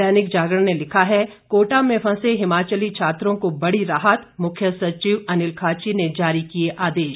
दैनिक जागरण ने लिखा है कोटा में फंसे हिमाचली छात्रों को बड़ी राहत मुख्य सचिव अनिल खाची ने जारी किये आदेश